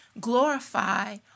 glorify